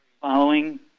following